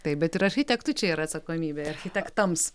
taip bet ir architektų čia ir atsakomybė architektams